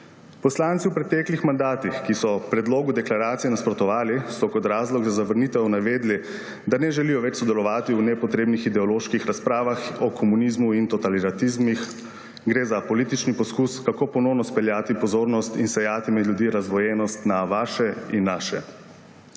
Poslanci v preteklih mandatih, ki so predlogu deklaracije nasprotovali, so kot razlog za zavrnitev navedli, da ne želijo več sodelovati v nepotrebnih ideoloških razpravah o komunizmu in totalitarizmih. Gre za politični poskus, kako ponovno speljati pozornost in sejati med ljudmi razdvojenost na vaše in naše.